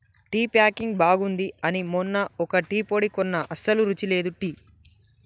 tea packing బాగుంది అని మొన్న ఒక టీ పొడి కొన్న అస్సలు రుచి లేదు టీ